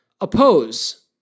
oppose